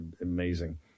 amazing